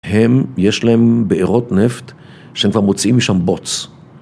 הם... יש להם בארות נפט שהם כבר מוצאים משם בוץ.